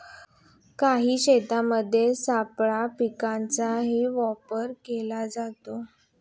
काही शेतांमध्ये सापळा पिकांचाही वापर केला जातो